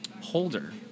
Holder